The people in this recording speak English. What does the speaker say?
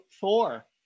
four